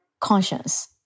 conscience